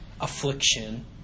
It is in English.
affliction